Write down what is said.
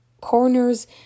corners